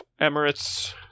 Emirates